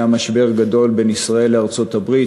סביבה משבר גדול בין ישראל לארצות-הברית,